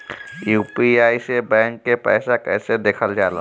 UPI से bank के पैसा कैसे देखल जाला?